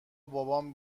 بابام